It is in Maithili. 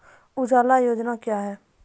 उजाला योजना क्या हैं?